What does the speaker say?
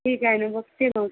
ठीक आहे ना बघते मग